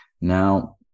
Now